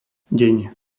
deň